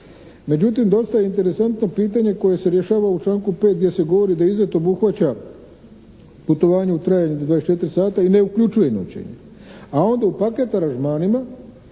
Međutim dosta je interesantno pitanje koje se rješava u članku 5. gdje se govori da izlet obuhvaća putovanje u trajanju do 24 sata i ne uključuje noćenje. A onda u paket aranžmanima